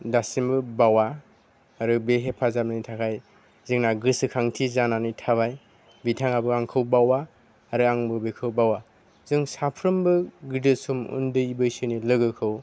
दासिमबो बावा आरो बे हेफाजाबनि थाखाय जोंना गोसोखांथि जानानै थाबाय बिथाङाबो आंखौ बावा आरो आंबो बेखौ बावा जों साफ्रोमबो गोदो सम उन्दै बैसोनि लोगोखौ